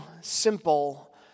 simple